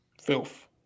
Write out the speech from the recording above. Filth